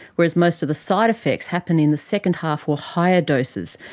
whereas most of the side-effects happen in the second half or higher doses,